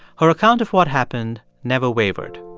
her account of what happened never wavered.